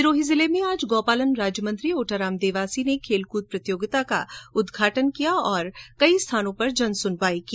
सिरोही जिले में आज गौपालन राज्य मंत्री ओटाराम देवासी ने खेलकृद प्रतियोगिता का उद्घाटन किया और कई स्थानों पर जन सुनवाई भी की